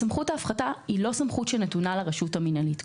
זאת לא סמכות שנתונה לרשות המינהלית.